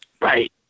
Right